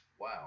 wow